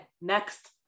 next